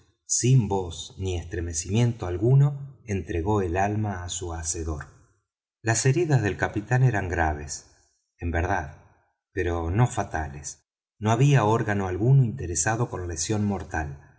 sin voz ni estremecimiento alguno entregó el alma á su hacedor las heridas del capitán eran graves en verdad pero no fatales no había órgano alguno interesado con lesión mortal